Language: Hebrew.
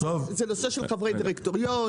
זה נושא של חברי דירקטוריון,